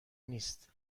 نیست